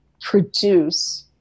produce